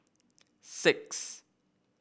six